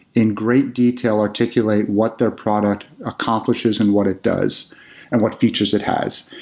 in great detail, articulate what their product accomplishes and what it does and what features it has.